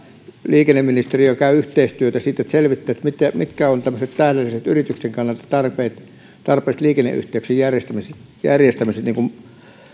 liikenneministeriö käyvät yhteistyötä ja selvittävät sitä mitkä ovat tämmöiset tähdelliset yrityksen kannalta tarpeelliset liikenneyhteyksien järjestämiset